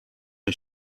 are